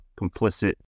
complicit